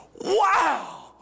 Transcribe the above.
wow